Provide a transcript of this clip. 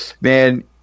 Man